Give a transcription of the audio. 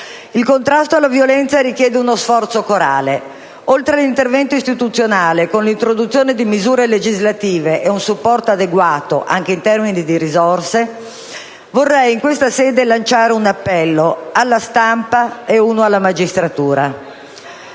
Il contrasto alla violenza richiede uno sforzo corale. Oltre all'intervento istituzionale con l'introduzione di misure legislative e un supporto adeguato, anche in termini di risorse, vorrei in questa sede lanciare un appello alla stampa e uno alla magistratura.